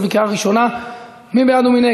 מוותר.